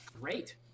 great